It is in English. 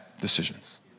decisions